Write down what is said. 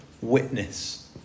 witness